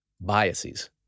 biases